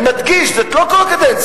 אני מדגיש שזאת לא כל הקדנציה.